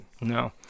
No